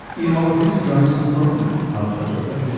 ian olver, thanks for joining us on the program. my pleasure, thank you.